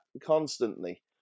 constantly